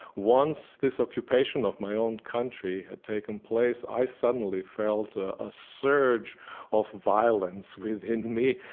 once this occupation of my own country had taken place, i suddenly felt a surge of violence within me,